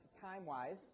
time-wise